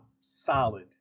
solid